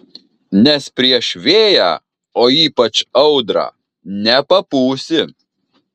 nes prieš vėją o ypač audrą nepapūsi